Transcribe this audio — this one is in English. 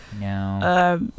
no